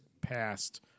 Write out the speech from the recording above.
passed